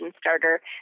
starter